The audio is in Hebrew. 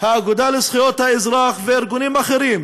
האגודה לזכויות האזרח וארגונים אחרים